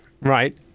Right